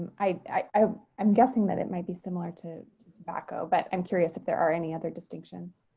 i am guessing that it might be similar to to tobacco, but i'm curious if there are any other distinctions.